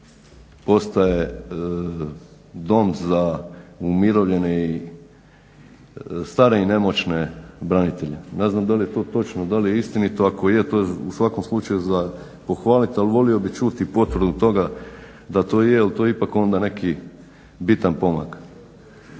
postaje Dom za umirovljene i stare i nemoćne branitelje. Ne znam da li je to točno, da li je istinito. Ako je to je u svakom slučaju za pohvaliti, ali volio bih čuti i potvrdu toga da to je jer to je ipak onda neki bitan pomak.